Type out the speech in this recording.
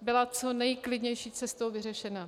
byla co nejklidnější cestou vyřešena.